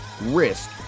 risk